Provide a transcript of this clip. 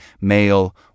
male